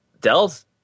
Dell's